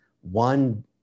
one